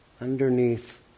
underneath